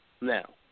Now